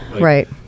Right